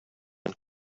and